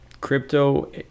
crypto